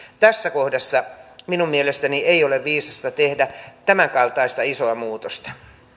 tässä kohdassa minun mielestäni ei ole viisasta tehdä tämänkaltaista isoa muutosta